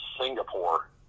Singapore